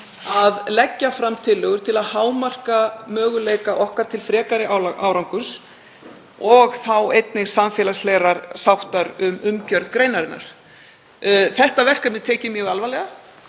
að leggja fram tillögur til að hámarka möguleika okkar til frekari árangurs og þá einnig samfélagslegrar sáttar um umgjörð greinarinnar. Þetta verkefni tek ég mjög alvarlega